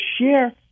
share